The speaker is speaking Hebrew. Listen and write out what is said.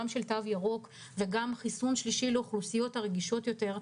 גם של תו ירוק וגם של חיסון שלישי לאוכלוסיות הרגישות יותר,